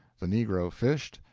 the negro fished,